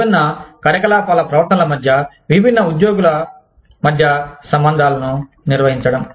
విభిన్న కార్యకలాపాల ప్రవర్తనల మధ్య విభిన్న ఉద్యోగుల మధ్య సంబంధాలను నిర్వహించడం